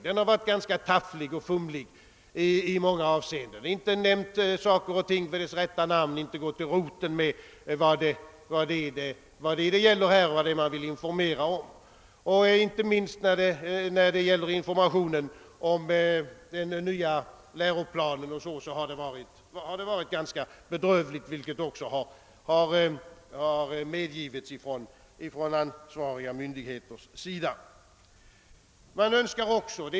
Den har varit tafflig och fumlig i ganska många avseenden. Man har inte nämnt olika företeelser vid deras rätta namn och har inte gått till roten med det som man vill informera om. Inte minst när det gäller informationen om den nya läroplanen har det varit ganska bedrövligt ställt, vilket också medgivits från ansvariga myndigheters sida.